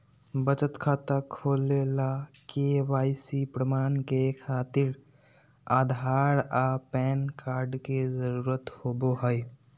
बचत खाता खोले ला के.वाइ.सी प्रमाण के खातिर आधार आ पैन कार्ड के जरुरत होबो हइ